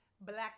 Black